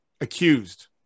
Accused